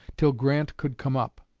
till grant could come up.